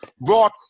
brought